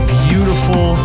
beautiful